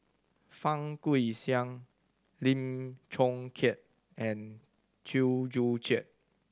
Fang Guixiang Lim Chong Keat and Chew Joo Chiat